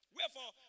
Wherefore